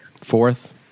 Fourth